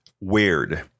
weird